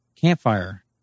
Campfire